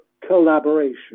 collaboration